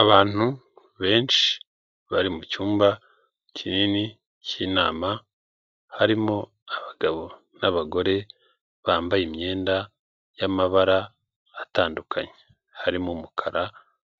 Abantu benshi bari mu cyumba kinini cy'inama, harimo abagabo n'abagore bambaye imyenda y'amabara atandukanye, harimo umukara,